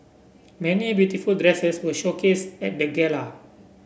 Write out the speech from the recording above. many beautiful dresses were showcased at the gala